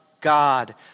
God